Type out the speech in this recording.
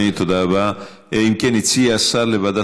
תודה, אדוני.